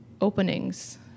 openings